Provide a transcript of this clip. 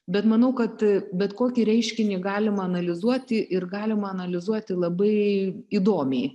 bet manau kad bet kokį reiškinį galima analizuoti ir galima analizuoti labai įdomiai